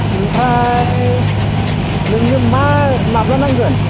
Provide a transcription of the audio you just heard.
ओमफ्राय नोंनो मा माब्ला नांगोन